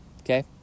Okay